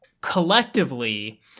collectively